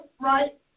right